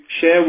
share